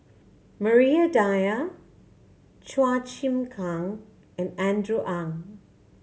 Maria Dyer Chua Chim Kang and Andrew Ang